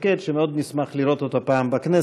שקד שמאוד נשמח לראות אותה פעם בכנסת.